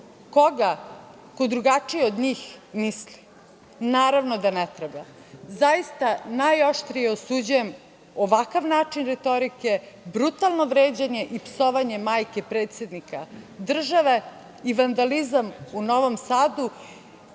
koga ko drugačije od njih misli? Naravno da ne treba. Zaista najoštrije osuđujem ovakav način retorike, brutalno vređanje i psovanje majke predsednika države i vandalizam u Novom Sadu